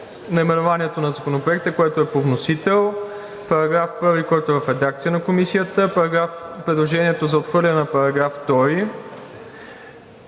наименованието на Законопроекта, което е по вносител; § 1, който е в редакция на Комисията; предложението за отхвърляне на § 2;